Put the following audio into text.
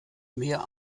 mehr